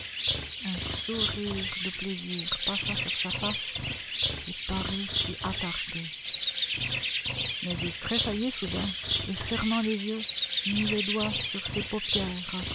un sourire de plaisir passa sur sa face et parut s'y attarder mais il tressaillit soudain et fermant les yeux mit les doigts sur ses paupières